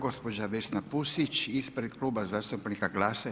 Gospođa Vesna Pusić ispred Kluba zastupnika GLAS-a i